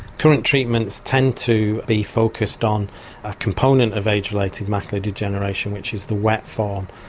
current treatments tend to be focused on a component of age related macular degeneration which is the wet form.